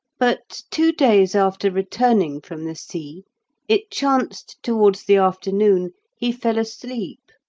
but two days after returning from the sea it chanced towards the afternoon he fell asleep,